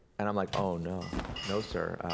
and i'm like oh no, no sir,